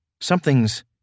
something's